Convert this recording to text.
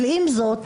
עם זאת,